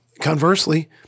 Conversely